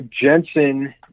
Jensen